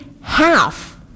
half